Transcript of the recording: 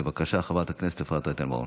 בבקשה, חברת הכנסת אפרת רייטן מרום.